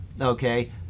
okay